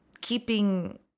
keeping